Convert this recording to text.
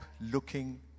looking